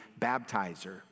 baptizer